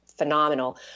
Phenomenal